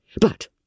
But